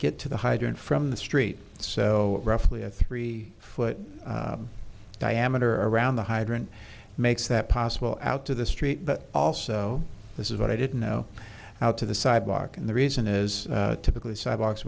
get to the hydrant from the street so roughly a three foot diameter around the hydrant makes that possible out to the street but also this is what i didn't know how to the sidewalk and the reason is typically sidewalks